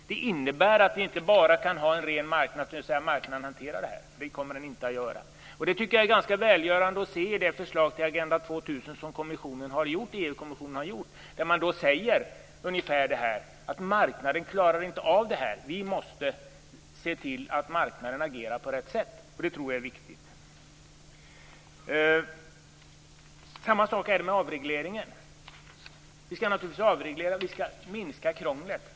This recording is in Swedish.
Det innebär att vi inte bara kan ha en ren marknad om inte marknaden klarar att hantera detta, och det kommer den inte att göra. Jag tycker att det är ganska välgörande att se att man i det förslag till Agenda 2000 som EU kommissionen har gjort ungefär säger: Marknaden klarar inte av det här. Vi måste se till att marknaden agerar på rätt sätt. Samma sak är det med avregleringen. Vi skall naturligtvis avreglera och minska krånglet.